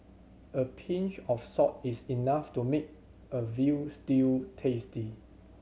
a pinch of salt is enough to make a veal stew tasty